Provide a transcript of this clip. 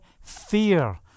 fear